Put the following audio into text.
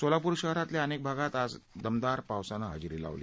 सोलापूर शहरातील अनेक भागात आज दमदार पावसाने हजेरी लावली